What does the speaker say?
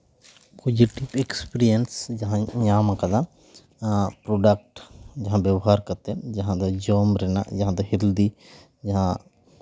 positive experience ᱡᱟᱦᱟᱸᱧ ᱧᱟᱢ ᱠᱟᱫᱟ ᱯᱨᱚᱰᱟᱠᱴ ᱡᱟᱦᱟᱸ ᱵᱮᱵᱚᱦᱟᱨ ᱠᱟᱛᱮ ᱡᱟᱦᱟᱸ ᱫᱚ ᱡᱚᱢ ᱨᱮᱱᱟᱜ ᱡᱟᱦᱟᱸ ᱫᱚ ᱦᱮᱞᱫᱤ ᱡᱟᱦᱟᱸ